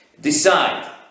decide